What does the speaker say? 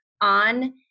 on